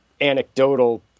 anecdotal